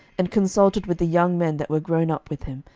and consulted with the young men that were grown up with him,